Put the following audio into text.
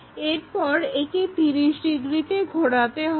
এরপর একে 30 ডিগ্রিতে ঘোরাতে হবে